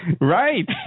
Right